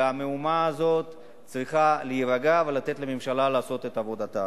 והמהומה הזאת צריכה להירגע ולתת לממשלה לעשות את עבודתה.